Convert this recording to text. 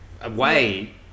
away